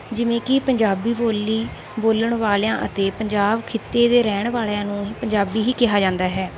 ਜਿਵੇਂ ਕਿ ਪੰਜਾਬੀ ਬੋਲੀ ਬੋਲਣ ਵਾਲਿਆਂ ਅਤੇ ਪੰਜਾਬ ਖਿੱਤੇ ਦੇ ਰਹਿਣ ਵਾਲਿਆਂ ਨੂੰ ਹੀ ਪੰਜਾਬੀ ਹੀ ਕਿਹਾ ਜਾਂਦਾ ਹੈ